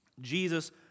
Jesus